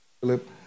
Philip